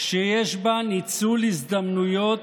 הנושא הזה יוסדר.